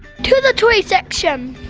to the toy section.